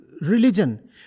religion